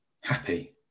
happy